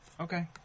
Okay